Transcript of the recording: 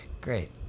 Great